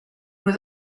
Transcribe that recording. was